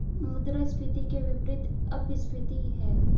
मुद्रास्फीति के विपरीत अपस्फीति है